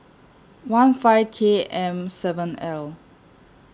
one five K M seven L